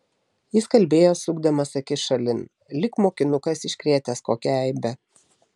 jis kalbėjo sukdamas akis šalin lyg mokinukas iškrėtęs kokią eibę